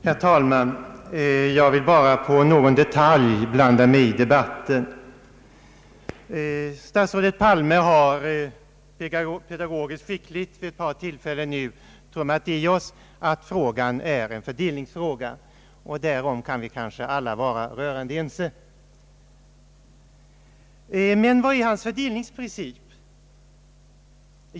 Herr talman! Jag vill bara i en detalj blanda mig i debatten. Statsrådet Palme har pedagogiskt skickligt vid ett par tillfällen nu omtalat för oss att denna fråga är en fördelningsfråga, och därom kan vi kanske alla vara rörande ense. Men vilken är statsrådets fördelningsprincip?